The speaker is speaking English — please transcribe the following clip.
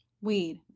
weed